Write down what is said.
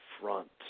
front